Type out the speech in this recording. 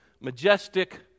majestic